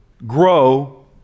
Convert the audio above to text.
grow